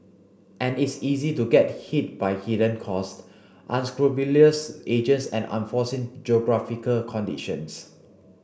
and it's easy to get hit by hidden costs unscrupulous agents and unforeseen geographical conditions